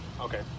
Okay